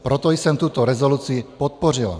Proto jsem tuto rezoluci podpořila.